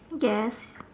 yes